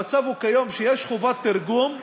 המצב כיום הוא שיש חובת תרגום,